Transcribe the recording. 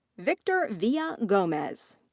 victor villagomez.